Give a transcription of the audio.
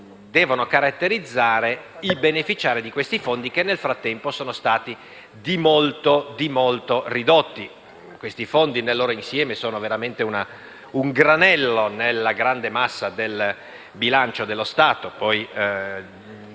devono caratterizzare i beneficiari di questi fondi, che nel frattempo sono stati di molto ridotti. Questi fondi nel loro insieme sono veramente un granello nella grande massa del bilancio dello Stato: